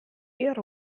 ihr